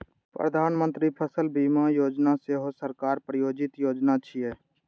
प्रधानमंत्री फसल बीमा योजना सेहो सरकार प्रायोजित योजना छियै